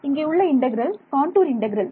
இங்கே உள்ள integral contour integral